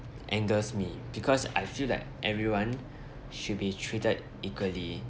angers me because I feel like everyone should be treated equally